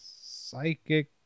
psychic